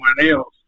else